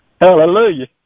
Hallelujah